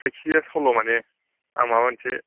जायखि जाया सल' मानि आं माबा मोनसे